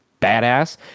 badass